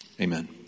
Amen